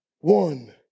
one